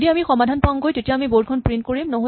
যদি আমি সমাধান পাওঁগৈ তেতিয়া আমি বৰ্ড খন প্ৰিন্ট কৰিম